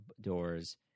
doors